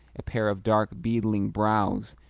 a pair of dark, beetling brows,